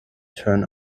turn